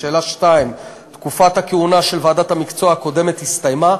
לשאלה 2: תקופת הכהונה של ועדת המקצוע הקודמת הסתיימה.